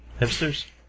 Hipsters